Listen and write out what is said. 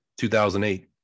2008